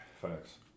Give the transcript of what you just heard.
Facts